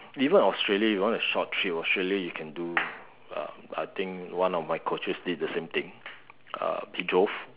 even Australia you want a short trip Australia you can do um I think one of my coaches did the same thing um he drove